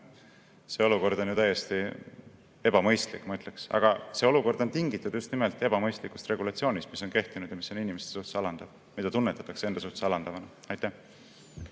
See olukord on ju täiesti ebamõistlik, ma ütleks. Ja see olukord on tingitud just nimelt ebamõistlikust regulatsioonist, mis on kehtinud ja mis on inimeste suhtes alandav, mida tunnetatakse enda suhtes alandavana. Suur